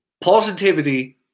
Positivity